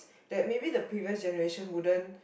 that maybe the previous generation wouldn't